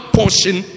portion